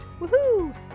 Woohoo